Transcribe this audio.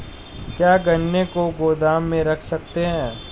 क्या गन्ने को गोदाम में रख सकते हैं?